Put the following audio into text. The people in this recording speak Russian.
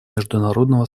международного